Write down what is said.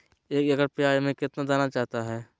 एक एकड़ प्याज में कितना दाना चाहता है?